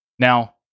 Now